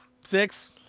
six